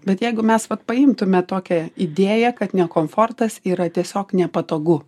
bet jeigu mes paimtume tokią idėją kad ne komfortas yra tiesiog nepatogu